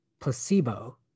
placebo